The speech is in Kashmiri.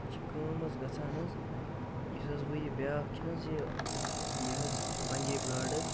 یہِ چھِ کٲم حظ گژھان حظ یُس حظ وۄنۍ یہِ بیٛاکھ چھِنہٕ حظ یہِ یہِ حظ پَنجٲبۍ گاڈ حظ